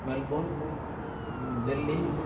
Melbourne Delhi